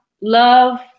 Love